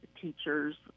teachers